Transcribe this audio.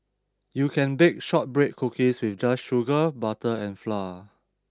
you can bake shortbread cookies with just sugar butter and flour